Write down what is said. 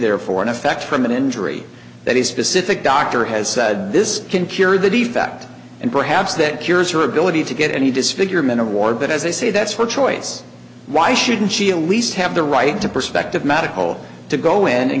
there for in effect from an injury that is specific doctor has said this can cure the defect and perhaps that cures her ability to get any disfigurement or war but as they say that's her choice why shouldn't she a least have the right to perspective medical to go in and